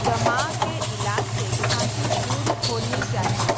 दमा के इलाज से खाँसी दूर होनी चाहिए